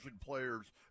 players